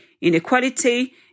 inequality